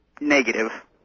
negative